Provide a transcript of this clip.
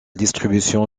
distribution